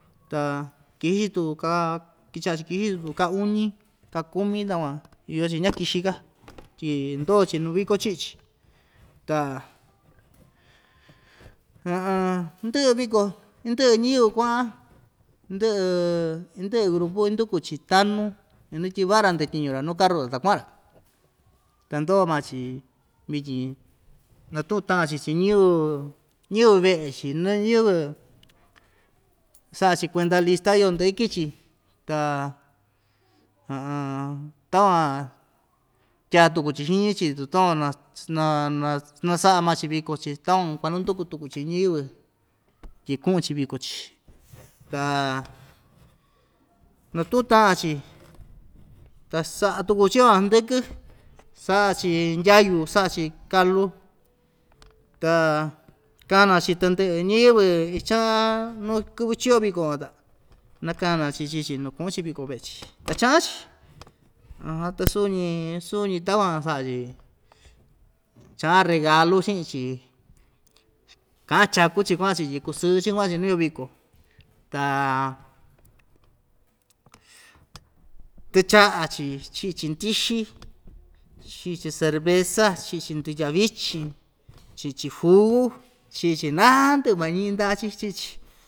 Ta kixi tuku kaa kichaꞌa‑chi kixi‑chi tu ka uñi ka kumi takuan iyo‑chi ña‑kixika tyi ndoo‑chi nuu viko chiꞌi‑chi ta ndɨꞌɨ viko indɨꞌɨ ñiyɨvɨ kuaꞌan indɨꞌɨ indɨꞌɨ grupu induku‑chi tanu inatyivaꞌa‑ra ndatyiñu‑ra nuu karura ta kuaꞌan‑ra ta ndoo maa‑chi vityin natuꞌun taꞌan‑chi chiꞌin ñiyɨvɨ ñiyɨvɨ veꞌe‑chi nuu ñiyɨvɨ saꞌa‑chi kuenda lista yoo ndɨꞌɨ iki‑chi ta takuan tyaa tuku‑chi xiñi‑chi tu takuan nas naa nas na saꞌa maa‑chi viko‑chi takuan kuananduku tuku‑chi ñiyɨvɨ tyi kuꞌun‑chi viko‑chi ta natuꞌun taꞌan‑chi ta saꞌa tuku chi van hndɨkɨ saꞌa‑chi ndyayu saꞌa‑chi kalu ta kana‑chi tɨndɨꞌɨ ñiyɨvɨ ichaꞌan nuu kɨvɨ ichiyo viko van ta nakana‑chi chii‑chi na kuꞌun‑chi viko veꞌe‑chi ta chaꞌan‑chi ta suñi suñi takuan saꞌa‑chi chaꞌan regalu chiꞌin‑chi kaꞌan chaku‑chi kuaꞌan‑chi tyi kusɨɨ‑chi kuaꞌa‑chi nuu iyo viko ta tɨchaꞌa‑chi chiꞌi‑chi ndɨxɨ chiꞌi‑chi cerveza chiꞌi‑chi ndutya vichin chiꞌi‑chi jugu chiꞌi‑chi naa ndɨꞌɨ maa iñiꞌin ndaꞌa‑chi chiꞌi‑chi.